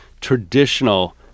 traditional